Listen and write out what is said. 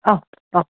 অহ অহ